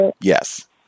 yes